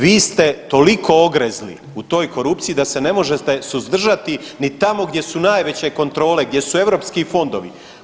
Vi ste toliko ogrezli u toj korupciji da se ne možete suzdržati ni tamo gdje su najveće kontrole, gdje su europski fondovi.